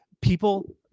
People